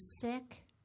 sick